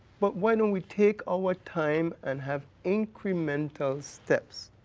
but why don't we take our time and have incremental steps.